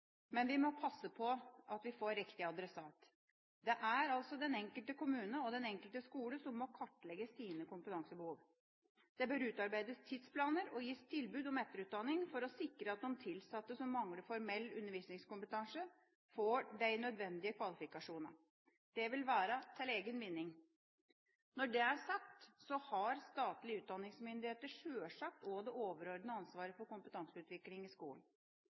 men vi må passe på at de får riktig adressat. Det er den enkelte kommune og den enkelte skole som må kartlegge sine kompetansebehov. Det bør utarbeides tidsplaner og gis tilbud om etterutdanning for å sikre at de tilsatte som mangler formell undervisningskompetanse, får de nødvendige kvalifikasjoner. Det vil være til egen vinning. Når det er sagt, har statlige utdanningsmyndigheter sjølsagt også det overordnede ansvaret for kompetanseutvikling i skolen.